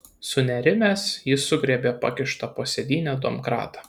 sunerimęs jis sugriebė pakištą po sėdyne domkratą